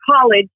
college